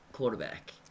quarterback